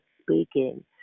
speaking